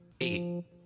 eight